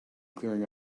clearing